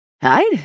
Hide